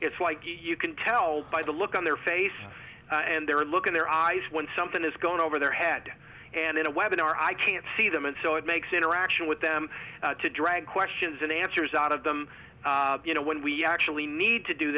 it's like you can tell by the look on their face and their look in their eyes when something is going over their head and in a webinars i can't see them and so it makes interaction with them to drag questions and answers out of them you know when we actually need to do